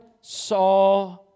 saw